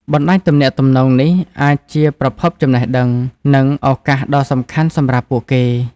បណ្តាញទំនាក់ទំនងនេះអាចជាប្រភពចំណេះដឹង និងឱកាសដ៏សំខាន់សម្រាប់ពួកគេ។